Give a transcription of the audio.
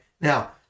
Now